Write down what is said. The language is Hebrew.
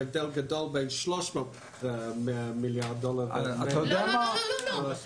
יש הבדל גדול בין 100 מיליארד דולר ל-300 מיליארד דולר.